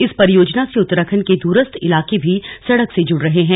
इस परियोजना से उत्तराखण्ड के द्रस्थ इलाके भी सड़क से जुड़ रहे हैं